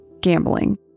Gambling